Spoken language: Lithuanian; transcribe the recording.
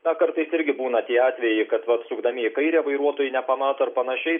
na kartais irgi būna tie atvejai kad vat sukdami į kairę vairuotojai nepamato ar panašiai